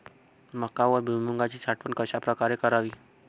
मका व भुईमूगाची साठवण कशाप्रकारे करावी?